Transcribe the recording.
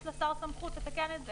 יש לשר סמכות לתקן את זה.